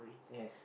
yes